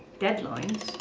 deadlines,